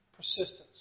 Persistence